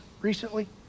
recently